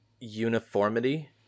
uniformity